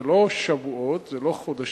זה לא שבועות, זה לא חודשים,